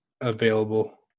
available